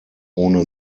ohne